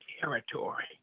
territory